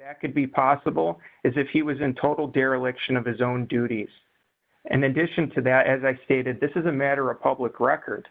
that could be possible is if he was in total dereliction of his own duties and then dition to that as i stated this is a matter of public record